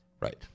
Right